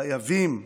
חייבים,